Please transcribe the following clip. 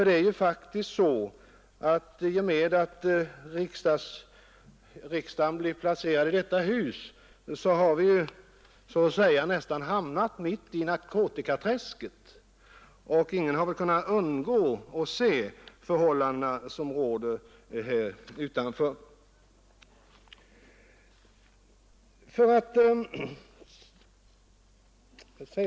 Det är ju faktiskt så att i och med att riksdagen blivit placerad i detta hus har vi nästan hamnat mitt i narkotikaträsket. Ingen har väl kunnat undgå att se de förhållanden som råder utanför detta hus.